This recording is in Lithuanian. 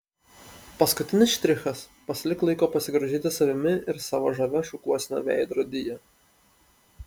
paskutinis štrichas pasilik laiko pasigrožėti savimi ir savo žavia šukuosena veidrodyje